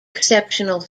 exceptional